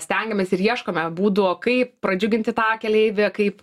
stengiamės ir ieškome būdų kaip pradžiuginti tą keleivį kaip